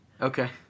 Okay